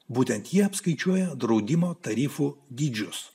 būtent jie apskaičiuoja draudimo tarifų dydžius